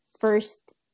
first